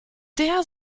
der